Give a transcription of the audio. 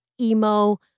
emo